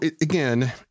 again